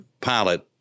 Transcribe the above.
pilot